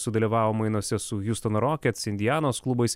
sudalyvavo mainuose su hiustono rockets indianos klubais